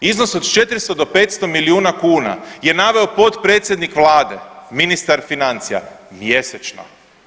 Iznos od 400 do 500 milijuna kuna je naveo potpredsjednik vlade, ministar financija mjesečno.